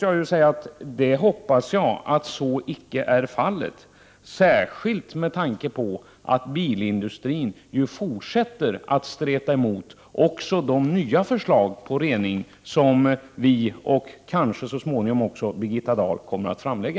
Jag hoppas att så icke är fallet, särskilt med tanke på att bilindustrin fortsätter att streta emot, också i fråga om de nya förslag till rening som folkpartiet och kanske så småningom också Birgitta Dahl kommer att framlägga.